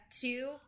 two